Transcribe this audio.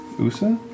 Usa